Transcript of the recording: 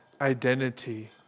identity